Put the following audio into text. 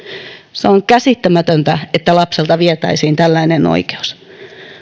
se on käsittämätöntä että lapselta vietäisiin tällainen oikeus